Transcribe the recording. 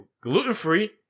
gluten-free